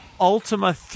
Ultima